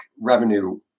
revenue